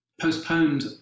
postponed